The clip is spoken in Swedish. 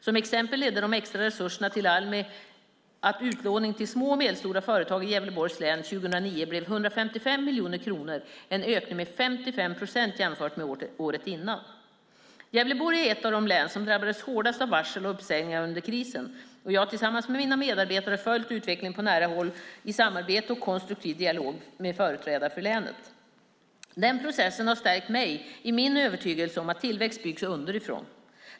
Som exempel ledde de extra resurserna till Almi till att utlåningen till små och medelstora företag i Gävleborgs län 2009 blev 155 miljoner kronor, en ökning med 55 procent jämfört med året innan. Gävleborg är ett av de län som drabbades hårdast av varsel och uppsägningar under krisen, och jag har tillsammans med mina medarbetare följt utvecklingen på nära håll i samarbete och konstruktiv dialog med företrädare för länet. Den processen har stärkt mig i min övertygelse om att tillväxt byggs underifrån.